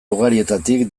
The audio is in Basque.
ugarietatik